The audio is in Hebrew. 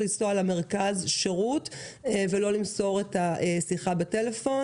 לנסוע למרכז השירות ולא למסור את השיחה בטלפון.